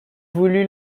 voulu